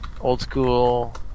old-school